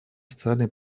социальные